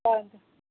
हजुर